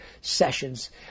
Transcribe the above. sessions